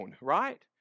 right